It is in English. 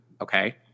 okay